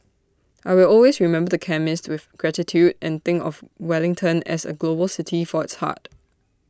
I will always remember the chemist with gratitude and think of Wellington as A global city for its heart